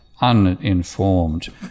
uninformed